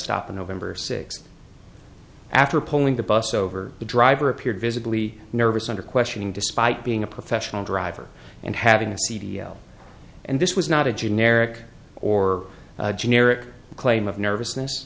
stop in november sixth after pulling the bus over the driver appeared visibly nervous under questioning despite being a professional driver and having a c d o and this was not a generic or generic claim of nervousness